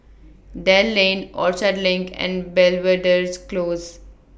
Dell Lane Orchard LINK and Belvedere Close